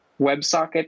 WebSocket